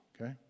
okay